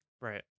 Right